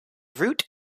route